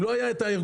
אם לא היה הארגון,